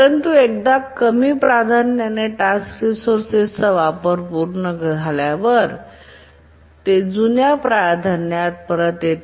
परंतु एकदा कमी प्राधान्याने टास्क रिसोर्सेस चा वापर पूर्ण झाल्यावर ते आपल्या जुन्या प्राधान्यात परत येते